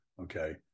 okay